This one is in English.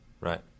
Right